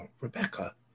Rebecca